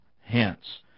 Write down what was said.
hence